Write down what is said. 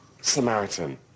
Samaritan